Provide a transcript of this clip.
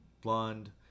Blonde